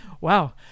Wow